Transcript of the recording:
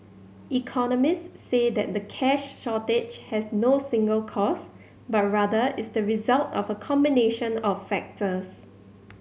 economists say that the cash shortage has no single cause but rather is the result of a combination of factors